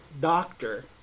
doctor